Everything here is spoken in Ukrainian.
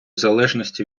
залежності